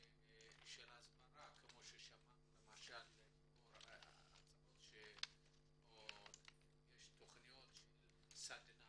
הסברה כמו ששמענו פה הצעות או תכניות של סדנה